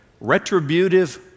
retributive